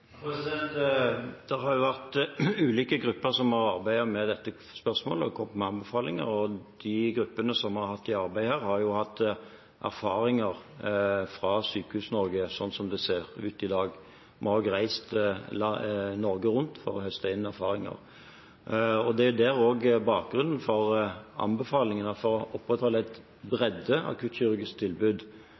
Det har vært ulike grupper som har arbeidet med dette spørsmålet og kommet med anbefalinger. De gruppene som vi har hatt i arbeid, har jo hatt erfaringer fra Sykehus-Norge sånn som det ser ut i dag. Vi har også reist Norge rundt for å høste erfaringer. Det er også bakgrunnen for anbefalingen om at for å opprettholde en bredde